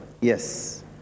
yes